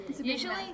Usually